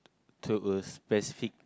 to a specific